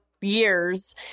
years